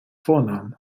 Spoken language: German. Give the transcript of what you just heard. vornamen